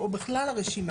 או בכלל הרשימה?